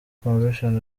convention